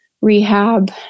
rehab